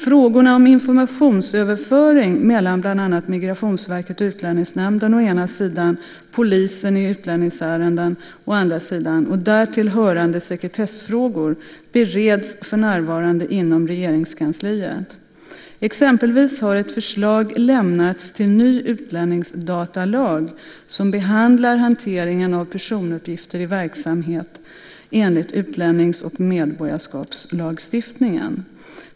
Frågorna om informationsöverföring mellan bland annat Migrationsverket och Utlänningsnämnden å ena sidan och polisen å andra sidan i utlänningsärenden och därtill hörande sekretessfrågor bereds för närvarande inom Regeringskansliet. Exempelvis har ett förslag lämnats till ny utlänningsdatalag som behandlar hanteringen av personuppgifter i verksamhet enligt utlännings och medborgarskapslagstiftningen.